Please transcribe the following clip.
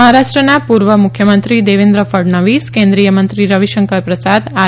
મહારાષ્ટ્રના પૂર્વ મુખ્યમંત્રી દેવેન્દ્ર ફડણવીસ કેન્દ્રીયમંત્રી રવિશંકર પ્રસાદ આર